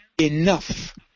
enough